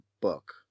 book